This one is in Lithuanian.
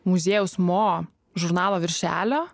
muziejaus mo žurnalo viršelio